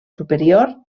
superior